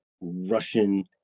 Russian